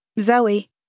Zoe